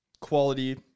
quality